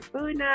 buna